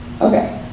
Okay